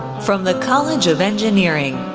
from the college of engineering,